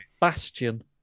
Bastion